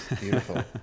beautiful